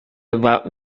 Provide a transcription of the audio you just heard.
about